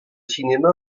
cinéma